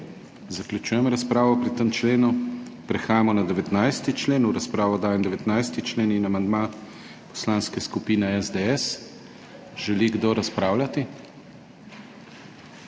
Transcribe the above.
zaključujem razpravo pri 19. členu. In prehajamo na 20 člen. V razpravo dajem 20. člen in amandma Poslanske skupine SDS. Želi kdo razpravljati?